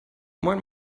moin